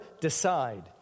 decide